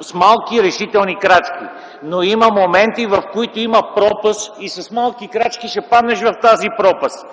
с малки, решителни крачки, но има моменти, в които пред теб има пропаст и ако правиш малки крачки ще паднеш в тази пропаст.